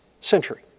century